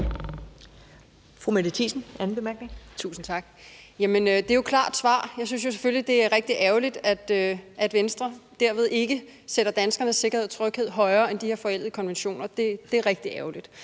Mette Thiesen (NB): Tusind tak. Det er jo et klart svar. Jeg synes jo selvfølgelig, det er rigtig ærgerligt, at Venstre derved ikke sætter danskernes sikkerhed og tryghed højere end de her forældede konventioner. Det er rigtig ærgerligt.